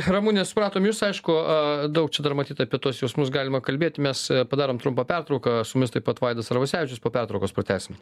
ramune supratom jus aišku daug čia dar matyt apie tuos jausmus galima kalbėti mes padarom trumpą pertrauką su mumis taip pat vaidas arvasevičius po pertraukos pratęsim